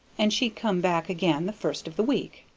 and she come back again the first of the week.